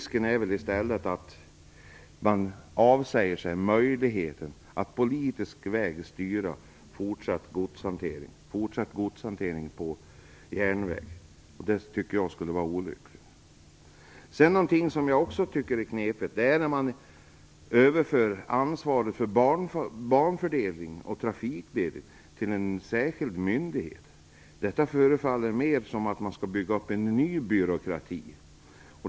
Risken är i stället att man avsäger sig möjligheten att på politisk väg styra en fortsatt godshantering på järnväg. Det tycker jag skulle vara olyckligt. Att överföra ansvaret för banfördelning och trafikledning till en särskild myndighet tycker jag verkar knepigt. Det förefaller som om man skall bygga upp en ny byråkrati.